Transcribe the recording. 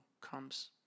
comes